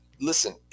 listen